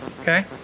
okay